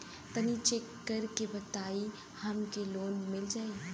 तनि चेक कर के बताई हम के लोन मिल जाई?